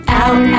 out